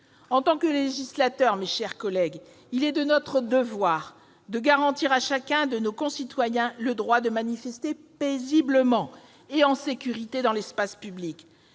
En tant que législateurs, mes chers collègues, il est de notre devoir de garantir à chacun de nos concitoyens le droit de manifester paisiblement et en sécurité dans l'espace public.